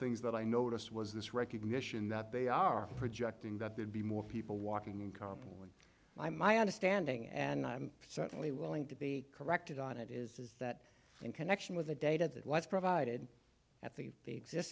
things that i noticed was this recognition that they are projecting that there'd be more people walking in carpool i my understanding and i'm certainly willing to be corrected on it is that in connection with the data that was provided at the the exist